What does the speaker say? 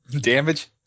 Damage